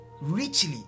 richly